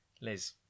Liz